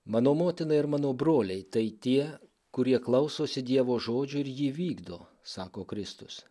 mano motina ir mano broliai tai tie kurie klausosi dievo žodžio ir jį vykdo sako kristus